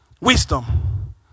wisdom